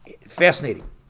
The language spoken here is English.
Fascinating